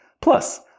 Plus